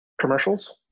commercials